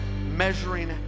measuring